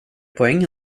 poäng